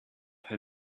her